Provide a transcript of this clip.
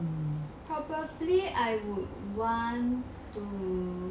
probably I would want to